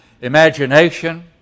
imagination